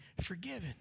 forgiven